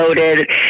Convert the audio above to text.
loaded